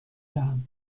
دهم